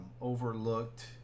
overlooked